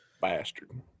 Bastard